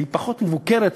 היא פחות מבוקרת,